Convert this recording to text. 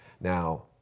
Now